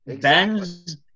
Ben's